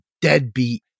deadbeat